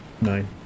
Nine